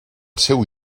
seu